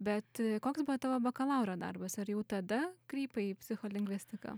bet koks buvo tavo bakalauro darbas ar jau tada krypo į psicholingvistiką